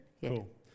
cool